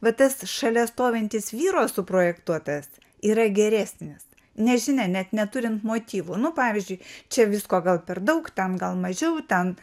va tas šalia stovintis vyro suprojektuotas yra geresnis nežinia net neturint motyvų nu pavyzdžiui čia visko gal per daug tam gal mažiau ten